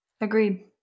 Agreed